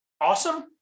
awesome